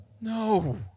No